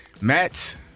Matt